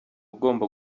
ugomba